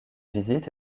visite